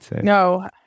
No